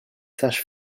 sages